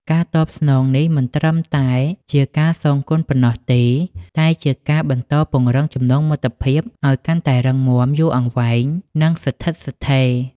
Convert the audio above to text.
ការតបស្នងនេះមិនត្រឹមតែជាការសងគុណប៉ុណ្ណោះទេ តែជាការបន្តពង្រឹងចំណងមិត្តភាពឲ្យកាន់តែរឹងមាំ យូរអង្វែង និងស្ថិតស្ថេរ។